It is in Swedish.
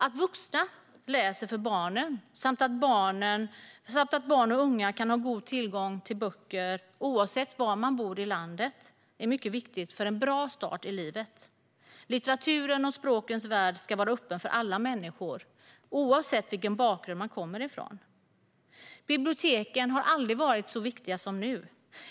Att vuxna läser för barnen och att barn och unga kan ha god tillgång till böcker oavsett var de bor i landet är mycket viktigt för att de ska få en bra start i livet. Litteraturens och språkets värld ska vara öppen för alla människor oavsett vilken bakgrund de kommer ifrån. Biblioteken har aldrig varit så viktiga som nu.